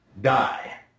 Die